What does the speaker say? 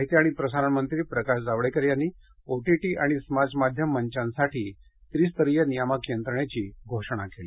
तर माहिती आणि प्रसारण मंत्री प्रकाश जावडेकर यांनी ओटीटी आणि समाज माध्यम मंचांसाठी त्रिस्तरीय नियामक यंत्रणेची घोषणा केली